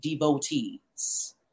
devotees